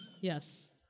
Yes